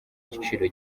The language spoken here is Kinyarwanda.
giciro